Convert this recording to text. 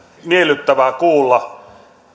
miellyttävää kuulla